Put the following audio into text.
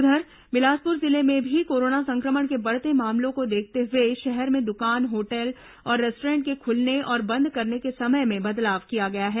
उधर बिलासपुर जिले में भी कोरोना संक्रमण के बढ़ते मामलों को देखते हुए शहर में दुकान होटल और रेस्टॉरेंट के खुलने और बंद करने के समय में बदलाव किया गया है